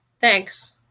Thanks